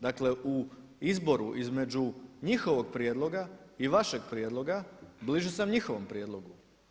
Dakle u izboru između njihovog prijedloga i vašeg prijedloga bliže sam njihovom prijedlogu.